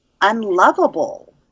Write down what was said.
unlovable